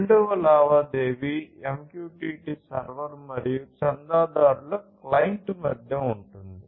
రెండవ లావాదేవీ MQTT server మరియు చందాదారుల క్లయింట్ మధ్య ఉంటుంది